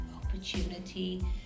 opportunity